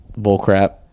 bullcrap